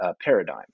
paradigm